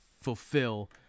fulfill